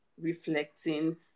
reflecting